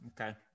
okay